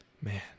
Man